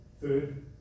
Food